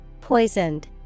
Poisoned